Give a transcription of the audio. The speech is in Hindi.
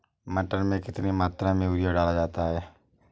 मटर में कितनी मात्रा में यूरिया डाला जाता है?